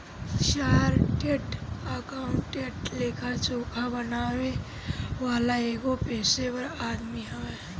chartered accountant लेखा जोखा बनावे वाला एगो पेशेवर आदमी हवे